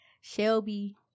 Shelby